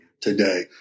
today